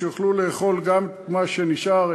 שיוכלו לאכול גם את מה שנשאר,